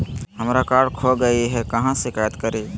हमरा कार्ड खो गई है, कहाँ शिकायत करी?